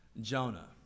Jonah